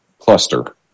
cluster